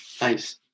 nice